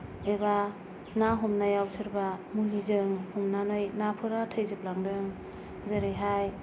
एबा ना हमानायाव सोरबा मुलिजों हमनानै नाफोरा थैजोबलांदों जेरैहाय